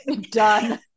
done